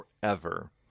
forever